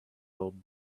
old